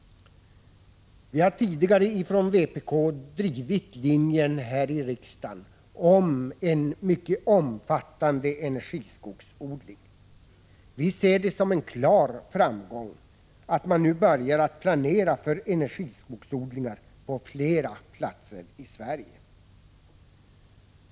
Vi har tidigare från vpk drivit linjen här i riksdagen om en mycket omfattande energiskogsodling. Vi ser det som en klar framgång att man nu börjar planera för energiskogsodlingar på flera platser i Sverige.